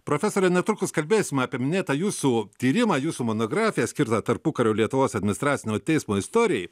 profesore netrukus kalbėsim apie minėtą jūsų tyrimą jūsų monografiją skirtą tarpukario lietuvos administracinio teismo istorijai